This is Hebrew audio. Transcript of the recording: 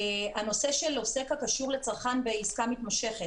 הנושא של עוסק הקשור לצרכן בעסקה מתמשכת